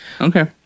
Okay